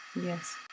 Yes